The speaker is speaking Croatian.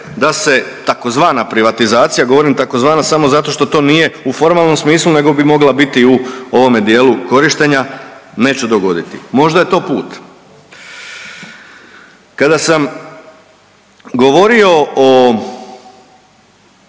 da se tzv. privatizacija, govorim tako zvana samo zato što to nije u formalnom smislu nego bi mogla biti i u ovome dijelu korištenja neće dogoditi. Možda je to put. Kada sam govorio o,